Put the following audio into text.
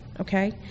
okay